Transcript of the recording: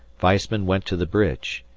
weissman went to the bridge,